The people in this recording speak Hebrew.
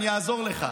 אני אעזור לך.